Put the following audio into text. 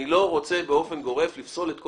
אני לא רוצה לפסול באופן גורף את כל